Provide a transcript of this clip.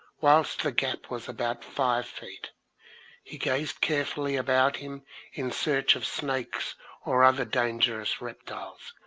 whilst the gap was about five feet he gazed carefully about him in search of snakes or other dangerous reptiles,